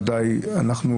ודאי אנחנו,